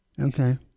Okay